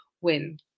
win